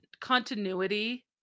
continuity